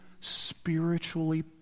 spiritually